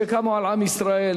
שקמו על עם ישראל,